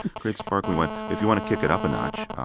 great sparkling wine if you want to kick it up a notch,